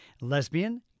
lesbian